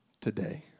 today